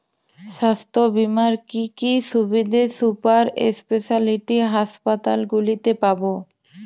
স্বাস্থ্য বীমার কি কি সুবিধে সুপার স্পেশালিটি হাসপাতালগুলিতে পাব?